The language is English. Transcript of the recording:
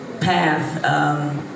path